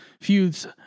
feuds